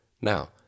Now